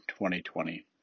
2020